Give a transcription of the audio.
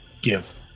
give